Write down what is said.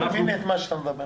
אני לא מבין את מה שאתה מדבר.